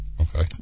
Okay